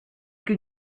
can